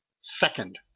second